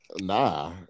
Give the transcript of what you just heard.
Nah